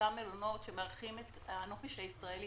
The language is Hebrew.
אותם מלונות שמארחים את הנופש הישראלי